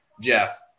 Jeff